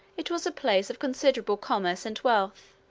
it was a place of considerable commerce and wealth,